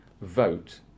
vote